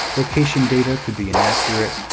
location data could be inaccurate,